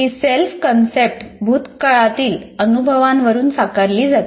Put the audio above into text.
ही self concept भूतकाळातील अनुभवांवरून साकारली जाते